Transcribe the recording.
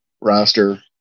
roster